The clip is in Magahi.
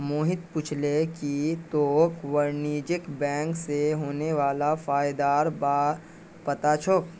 मोहित पूछले जे की तोक वाणिज्यिक बैंक स होने वाला फयदार बार पता छोक